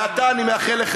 אתה, אני מאחל לך,